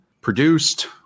produced